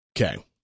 Okay